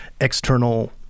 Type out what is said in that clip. external